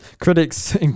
Critics